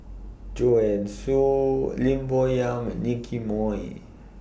Joanne Soo Lim Bo Yam Nicky Moey